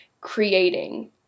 creating